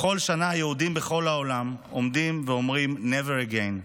בכל שנה יהודים בכל העולם עומדים ואומרים: never again,